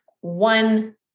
one